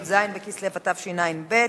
י"ז בכסלו התשע"ב,